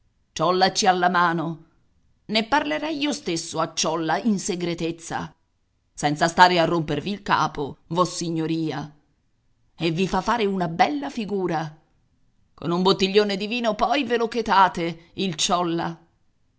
ci ha la mano ne parlerei io stesso a ciolla in segretezza senza stare a rompervi il capo vossignoria e vi fa fare una bella figura con un bottiglione di vino poi ve lo chetate il ciolla